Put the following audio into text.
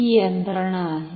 तर ही यंत्रणा आहे